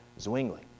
Zwingli